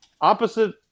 opposite